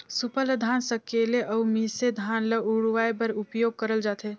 सूपा ल धान सकेले अउ मिसे धान ल उड़वाए बर उपियोग करल जाथे